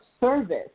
service